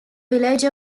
village